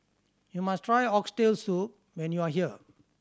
you must try Oxtail Soup when you are here